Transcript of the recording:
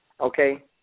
okay